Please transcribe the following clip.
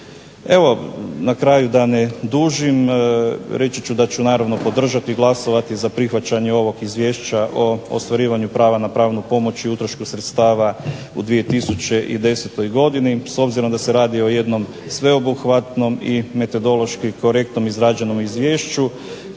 Evo, na kraju da ne dužim, reći ću da ću podržati i glasati za prihvaćanje ovog izvješća o ostvarivanju prava pravne pomoći i utrošku sredstava u 2010. godini, s obzirom da se radi o jednom sveobuhvatnom i metodološki korektnom izrađenom izvješću